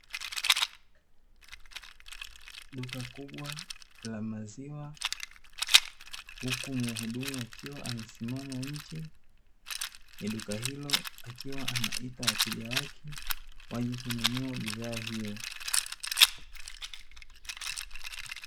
Duka kubwa la maziwa huku mhudumu akiwa amesimama nje ya duka hilo, akiwa anaita wateja wake waje kununua bidhaa hiyo.